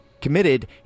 committed